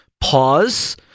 pause